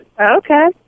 Okay